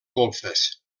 golfes